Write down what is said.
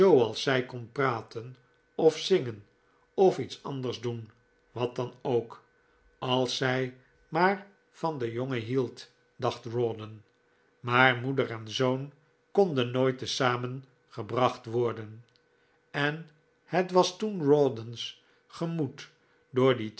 zij kon praten of zingen of iets anders doen wat dan ook als zij maar van den jongen hield dacht rawdon maar moeder en zoon konden nooit te zamen gebracht worden en het was toen rawdon's gemoed door die